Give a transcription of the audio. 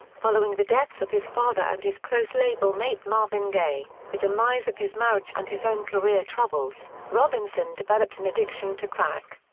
following the deaths of his father and his close label-mate marvin gaye, the demise of his marriage and his own career troubles, robinson developed an addiction to crack.